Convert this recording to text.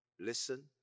listen